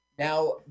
Now